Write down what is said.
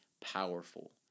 powerful